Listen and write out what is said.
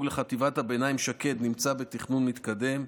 לחטיבת הביניים שקד נמצא בתכנון מתקדם.